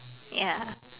ya